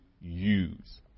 use